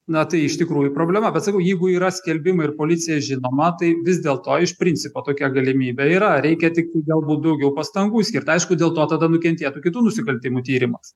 na tai iš tikrųjų problema bet sakau jeigu yra skelbimai ir policija žinoma tai vis dėlto iš principo tokia galimybė yra reikia tiktai galbūt daugiau pastangų skirt aišku dėl to tada nukentėtų kitų nusikaltimų tyrimas